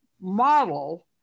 model